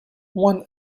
one